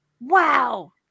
Wow